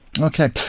okay